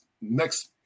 next